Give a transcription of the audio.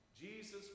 Jesus